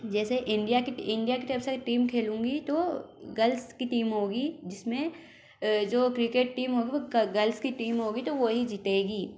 जैसे इंडिया की इंडिया की तरफ़ से टीम खेलूँगी तो गल्स की टीम होगी जिस में जो क्रिकेट टीम होगी वो गल्स की टीम होगी तो वो ही जीतेगी